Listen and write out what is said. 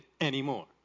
anymore